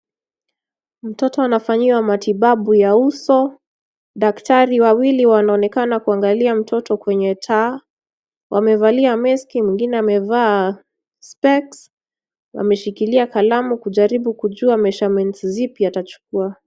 Mtoto anafanyiwa matibabu ya uso. Daktari wawili wanaonekana kuangalia mtoto kwenye taa. Wamevalia mask mwingine amevaa specs . Wameshikilia kalamu kujaribu kujua measurements zipi atachukua.